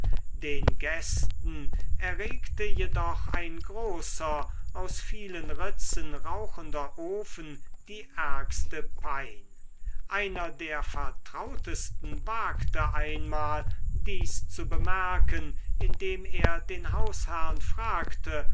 den gästen erregte jedoch ein großer aus vielen ritzen rauchender ofen die ärgste pein einer der vertrautesten wagte einmal dies zu bemerken indem er den hausherrn fragte